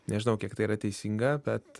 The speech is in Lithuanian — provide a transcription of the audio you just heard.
nežinau kiek tai yra teisinga bet